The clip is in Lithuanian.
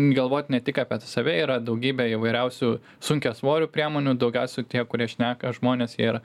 galvot ne tik apie save yra daugybė įvairiausių sunkiasvorių priemonių daugiausia tie kurie šneka žmonės jie yra